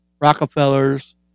Rockefellers